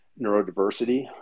neurodiversity